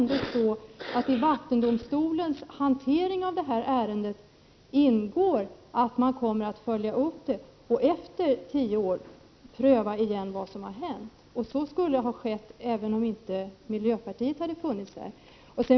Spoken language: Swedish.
I vattendomstolens hantering av detta ärende ingår nämligen att det kommer att följas upp och efter tio år göras en prövning av vad som har hänt. Så skulle ha skett även om miljöpartiet inte hade varit med.